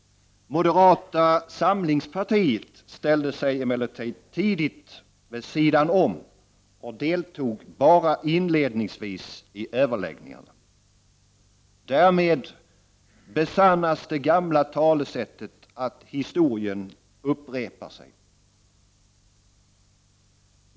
Moderata samlingspartiet ställde sig emellertid tidigt vid sidan om och deltog bara inledningsvis i överläggningarna. Därmed besannas det gamla talesättet att historien upprepar sig.